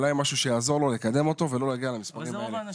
אולי משהו שיעזור לו לקדם את עצמו ולא להגיע למספרים האלה.